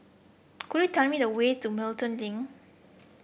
could you tell me the way to Milton Link